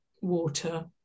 water